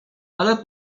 ale